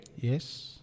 Yes